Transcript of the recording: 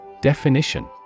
Definition